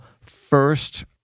first